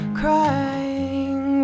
crying